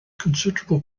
considerable